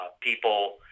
people